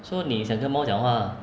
so 你想跟猫讲话啊